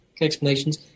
explanations